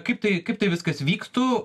kaip tai kaip tai viskas vyktų